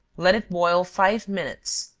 let it boil five minutes,